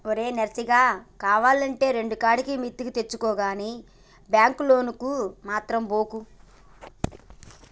ఓరి నర్సిగా, కావాల్నంటే రెండుకాడికి మిత్తికి తెచ్చుకో గని బాంకు లోనుకు మాత్రం బోకు